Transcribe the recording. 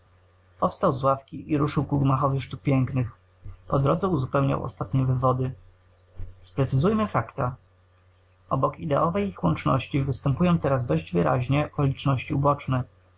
powstał z ławki i ruszył ku gmachowi sztuk pięknych po drodze uzupełniał ostatnie wywody sprecyzujmy fakta obok ideowej ich łączności występują teraz dość wyraźnie okoliczności uboczne